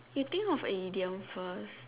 you think of a idiom first